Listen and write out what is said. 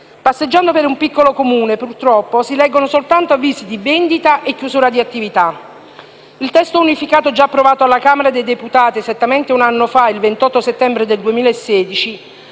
Passeggiando per un piccolo Comune purtroppo si leggono soltanto avvisi di vendita e chiusura di attività. Il testo unificato, già approvato alla Camera dei deputati esattamente un anno fa, il 28 settembre 2016,